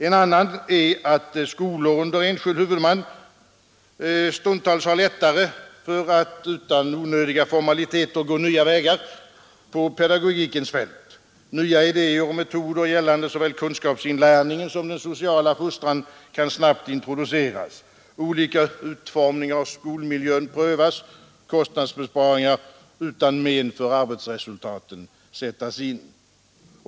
En annan är att skolor under enskild huvudman stundtals har lättare för att utan onödiga formaliteter gå nya vägar på pedagogikens fält. Nya idéer och metoder gällande såväl kunskapsinlärningen som den sociala fostran kan snabbt introduceras, olika utformning av skolmiljön kan prövas, kostnadsbesparingar utan men för arbetsresultaten sättas in.